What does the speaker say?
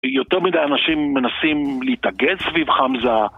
יותר מדי אנשים מנסים להתאגד סביב חמזה